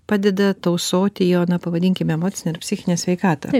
padeda tausoti jo na pavadinkime emocinę ir psichinę sveikatą